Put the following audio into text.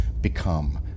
become